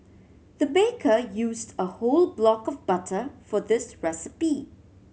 the baker used a whole block of butter for this recipe